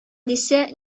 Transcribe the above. дисә